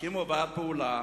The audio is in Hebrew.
הקימו ועד פעולה.